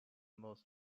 most